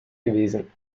gewesen